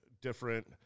different